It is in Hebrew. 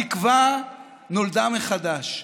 התקווה נולדה מחדש.